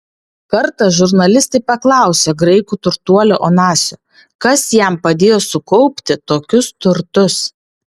kartą žurnalistai paklausė graikų turtuolio onasio kas jam padėjo sukaupti tokius turtus